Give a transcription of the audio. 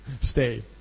stay